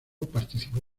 participó